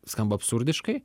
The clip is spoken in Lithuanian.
skamba absurdiškai